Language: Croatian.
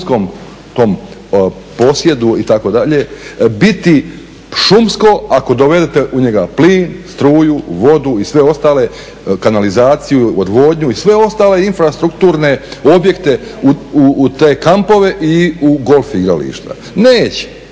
šumskom posjedu itd., biti šumsko ako dovedete u njega plin, struju, vodu, kanalizaciju, odvodnju i sve ostale infrastrukturne objekte u te kampove i u golf igrališta. Nikada